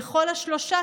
/ וכל השלושה,